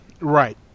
right